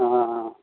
हँ